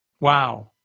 Wow